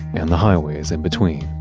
and the highways in between.